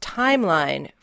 timeline